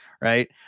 Right